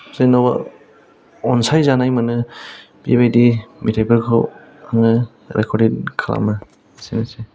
जेनबा अनसायजानाय मोनो बेबायदि मेथाइफोरखौ आङो रेकर्दिं खालामो एसेनोसै